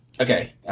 okay